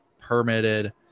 permitted